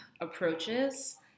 approaches